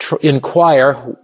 inquire